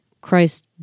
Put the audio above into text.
Christ